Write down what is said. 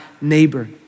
Neighbor